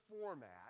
format